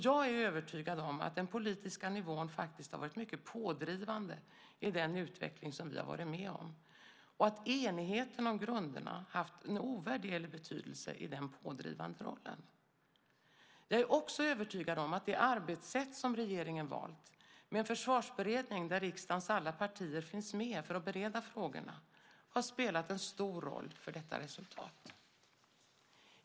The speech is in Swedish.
Jag är övertygad om att den politiska nivån faktiskt har varit mycket pådrivande i den utveckling som vi har varit med om och att enigheten om grunderna haft en ovärderlig betydelse i den pådrivande rollen. Jag är också övertygad om att det arbetssätt som regeringen valt, med en försvarsberedning där riksdagens alla partier finns med för att bereda frågorna, har spelat en stor roll för detta resultat.